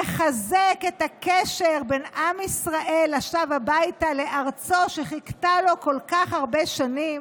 לחזק את הקשר בין עם ישראל השב הביתה לארצו שחיכתה לו כל כך הרבה שנים.